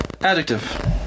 Adjective